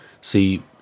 See